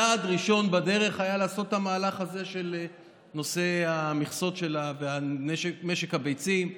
צעד ראשון בדרך היה לעשות את המהלך הזה של נושא המכסות של משק הביצים.